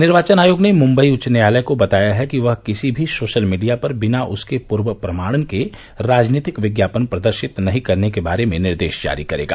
निर्वाचन आयोग ने मुम्बई उच्च न्यायालय को बताया है कि वह किसी भी सोशल मीडिया पर बिना उसके पूर्व प्रमाणन के राजनीतिक विज्ञापन प्रदर्शित नहीं करने के बारे में निर्देश जारी करेगा